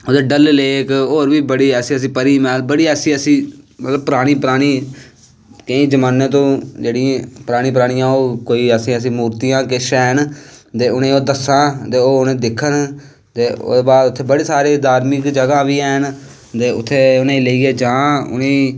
Dal lake होर बी बड़ी परी मैह्री बड़ी ऐसी ऐसी परानी परानी केईं जमाने तों परानी परानियां ओह् कोई ऐसा ऐसी मूर्तियां जेह्ड़ियां हैन ते अऊं उनेंगी दस्सां ते ओह् उनेंगी दिक्खन ते ओह्दे बाद उत्थें बड़ी सारी धार्मिक जगाह् बी हैन ते उत्थें उनेंगी लेइयै जां ते